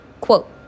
Quote